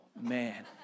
man